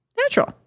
natural